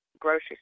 grocery